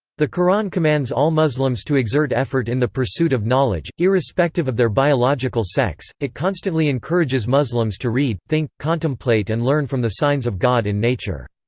the qur'an commands all muslims to exert effort in the pursuit of knowledge, irrespective of their biological sex it constantly encourages muslims to read, think, contemplate and learn from the signs of god in nature.